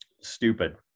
stupid